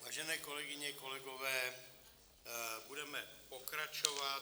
Vážené kolegyně, vážení kolegové, budeme pokračovat.